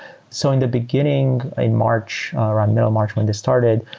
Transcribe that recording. so in the beginning, in march, around middle march when this started,